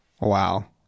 wow